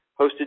hosted